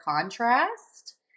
contrast